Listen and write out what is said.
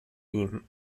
ihm